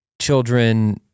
children